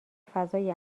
فضای